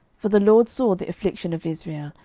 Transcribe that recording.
for the lord saw the affliction of israel,